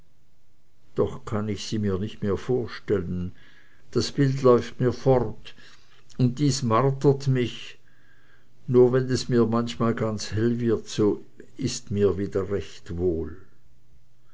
doch kann ich sie mir nicht mehr vorstellen das bild läuft mir fort und dies martert mich nur wenn es mir manchmal ganz hell wird so ist mir wieder recht wohl